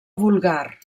vulgar